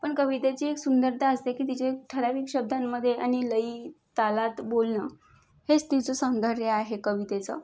पण कवितेची एक सुंदरता असते की तिचे ठरावीक शब्दांमध्ये आणि लई तालात बोलणं हेच तिचं सौंदर्य आहे कवितेचं